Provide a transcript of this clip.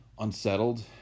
unsettled